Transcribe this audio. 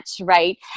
right